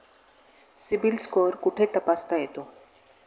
CIBIL score कुठे तपासता येतो?